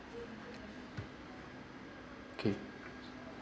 okay